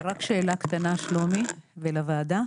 רק שאלה קטנה, שלומי, ולוועדה.